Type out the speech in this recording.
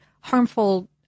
harmful